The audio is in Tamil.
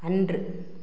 அன்று